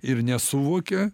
ir nesuvokia